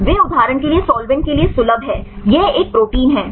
वे उदाहरण के लिए साल्वेंट के लिए सुलभ हैं यह एक प्रोटीन है